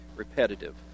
Repetitive